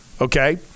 okay